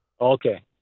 Okay